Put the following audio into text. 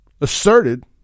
asserted